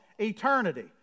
Eternity